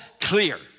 clear